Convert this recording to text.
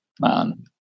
man